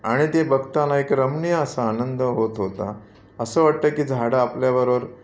आणि ते बघताना एक रम्य असा आनंद होत होता असं वाटतं की झाडं आपल्याबरोबर